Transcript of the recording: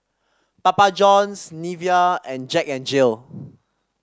Papa Johns Nivea and Jack N Jill